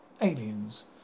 aliens